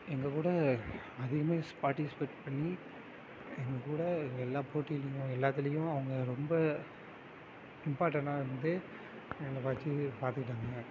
எங்கள் கூட அதிகமாக பார்டிசிபெட் பண்ணி எங்கள் கூட எல்லா போட்டிலேயும் எல்லாத்திலேயும் அவங்க ரொம்ப இம்பார்டன்னா இருந்து என்னை வெச்சி பார்த்துக்கிட்டாங்க